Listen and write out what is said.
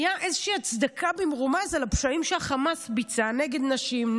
הייתה איזושהי הצדקה במרומז של הפשעים שחמאס ביצע נגד נשים,